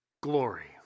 glory